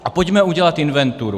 A pojďme udělat inventuru.